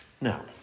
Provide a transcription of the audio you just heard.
Now